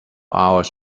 hours